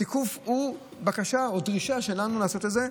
התיקוף הוא בקשה או דרישה שלנו לעשות את זה.